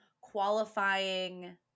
qualifying